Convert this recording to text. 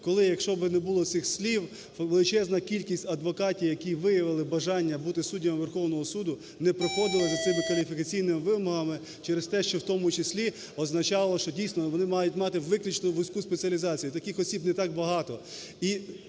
Коли, якщо б не було цих слів, то величезна кількість адвокатів, які виявили бажання бути суддями Верховного Суду, не проходили б за цими кваліфікаційними вимогами через те, що "в тому числі" означало, що дійсно вони мають мати виключно вузьку спеціалізацію. Таких осіб не так багато.